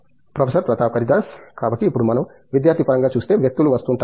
professor Pratap Haridas కాబట్టి ఇప్పుడు మనం విద్యార్థి పరంగా చూస్తే వ్యక్తులు వస్తుంటారు